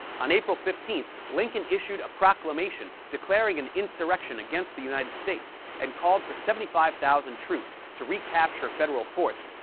on april fifteenth, lincoln issued a proclamation declaring an insurrection against the united states and called for seventy five thousand troops to recapture federal forts,